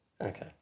Okay